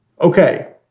Okay